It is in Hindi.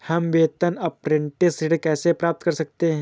हम वेतन अपरेंटिस ऋण कैसे प्राप्त कर सकते हैं?